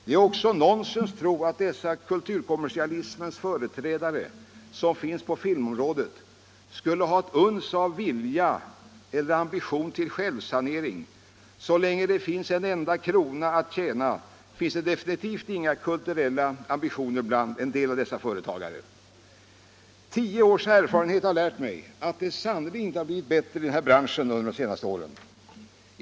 Det är också nonsens tro att dessa kulturkommersialismens företrädare, som finns på filmområdet, skulle ha ett uns av vilja eller försök till självsanering. Så länge det finns en krona att tjäna, finns definitivt inga kulturella ambitioner bland en del av dessa företagare. Tio års erfarenhet har lärt mig att det sannerligen inte blivit bättre i denna bransch under dessa år.